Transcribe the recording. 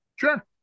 Sure